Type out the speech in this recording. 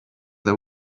they